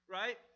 right